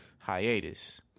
hiatus